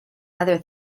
other